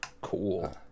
cool